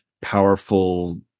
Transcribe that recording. powerful